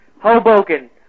Hoboken